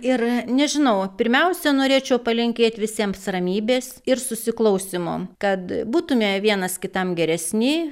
ir nežinau pirmiausia norėčiau palinkėt visiems ramybės ir susiklausymo kad būtume vienas kitam geresni